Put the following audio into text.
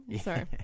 Sorry